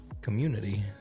community